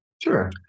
sure